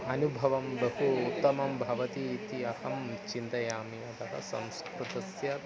अनुभवं बहु उत्तमं भवति इति अहं चिन्तयामि अतः संस्कृतस्य